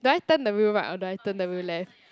do I turn the wheel right or do I turn the wheel left